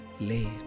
late